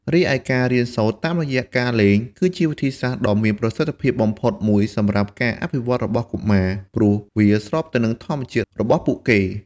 រីឯការរៀនសូត្រតាមរយៈការលេង គឺជាវិធីសាស្ត្រដ៏មានប្រសិទ្ធភាពបំផុតមួយសម្រាប់ការអភិវឌ្ឍរបស់កុមារ ព្រោះវាស្របទៅនឹងធម្មជាតិរបស់ពួកគេ។